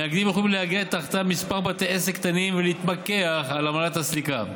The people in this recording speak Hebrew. מאגדים יכולים לאגד תחתם כמה בתי עסק קטנים ולהתמקח על עמלת הסליקה.